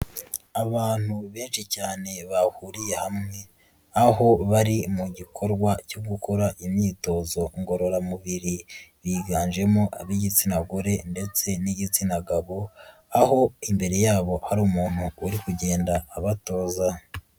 Abantu benshi cyane bahuriye hamwe aho bari mu gikorwa cyo gukora imyitozo ngororamubiri, biganjemo ab'igitsina gore ndetse n'igitsina gabo aho imbere yabo hari umuntu uri kugenda abatoza.